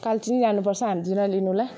कालचिनी जानु पर्छ हामी दुईजना लिनुलाई